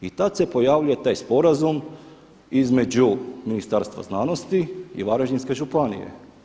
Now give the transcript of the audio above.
I tada se pojavljuje taj sporazum između Ministarstva znanosti i Varaždinske županije.